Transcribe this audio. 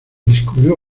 descubrió